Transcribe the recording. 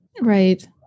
right